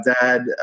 dad